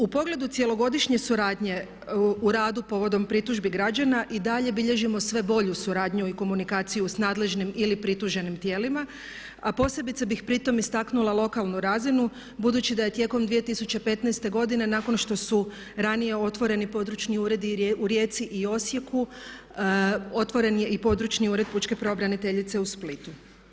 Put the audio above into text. U pogledu cjelogodišnje suradnje u radu povodom pritužbi građana i dalje bilježimo sve bolju suradnju i komunikaciju s nadležnim ili prituženim tijelima a posebice bih pri tome istaknula lokalnu razinu budući da je tijekom 2015. godine nakon što su ranije otvoreni područni uredi u Rijeci i Osijeku otvoren je i područni ured pučke pravobraniteljice u Splitu.